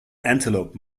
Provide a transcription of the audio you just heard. antelope